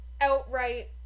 outright